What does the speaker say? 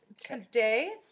Today